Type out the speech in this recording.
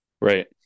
right